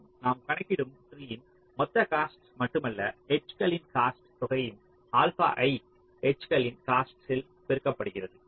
மேலும் நாம் கணக்கிடும் ட்ரீயின் மொத்த காஸ்ட் மட்டுமல்ல எட்ஜ்களின் காஸ்ட் தொகையும் ஆல்பா i எட்ஜ்களின் காஸ்ட் ஆல் பெருக்கப்படுகிறது